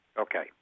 Okay